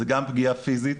זו גם פגיעה פיזית,